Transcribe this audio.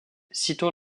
citons